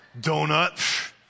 Donut